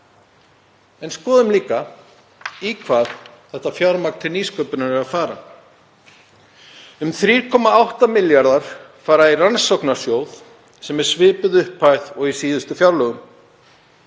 En skoðum líka í hvað þetta fjármagn til nýsköpunar er að fara. Um 3,8 milljarðar fara í Rannsóknasjóð sem er svipuð upphæð og í síðustu fjárlögum.